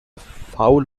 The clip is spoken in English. foul